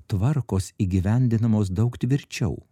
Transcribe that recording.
tvarkos įgyvendinamos daug tvirčiau